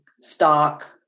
stock